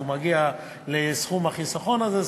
אז הוא מגיע לסכום החיסכון הזה.